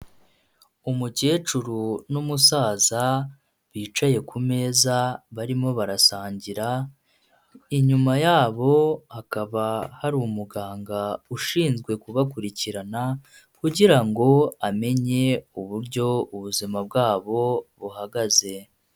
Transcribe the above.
Umukecuru n'umusaza bicaye ku meza barimo barasangira. Inyuma yabo hakaba hari umuganga ushinzwe kubakurikirana kugirango amenye uburyo ubuzima bwabo buhagaze.